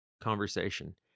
conversation